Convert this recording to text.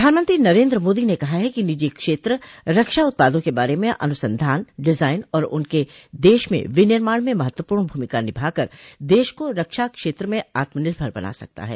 प्रधानमंत्री नरेन्द्र मोदी न कहा है कि निजी क्षेत्र रक्षा उत्पादों के बारे में अनुसंधान डिजायन और उनके देश में विनिर्माण में महत्वपूर्ण भूमिका निभाकर देश को रक्षा क्षेत्र में आत्मनिर्भर बना सकता है